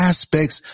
aspects